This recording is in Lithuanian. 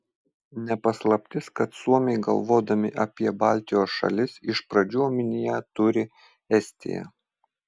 ne paslaptis kad suomiai galvodami apie baltijos šalis iš pradžių omenyje turi estiją